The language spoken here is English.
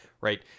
right